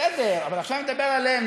בסדר, אבל עכשיו אני מדבר עליהם.